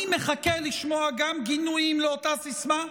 אני מחכה לשמוע גם גינויים לאותה סיסמה,